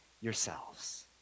yourselves